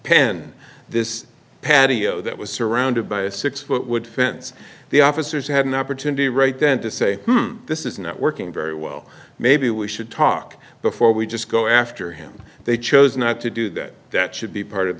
pen this patio that was surrounded by a six foot wood fence the officers had an opportunity right then to say this is not working very well maybe we should talk before we just go after him they chose not to do that that should be part of